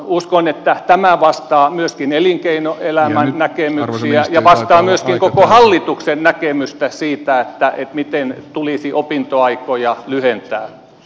uskon että tämä vastaa myöskin elinkeinoelämän näkemyksiä ja vastaa myöskin koko hallituksen näkemystä siitä miten tulisi opintoaikoja lyhentää